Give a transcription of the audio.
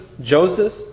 Joseph